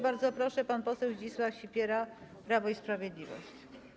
Bardzo proszę, pan poseł Zdzisław Sipiera, Prawo i Sprawiedliwość.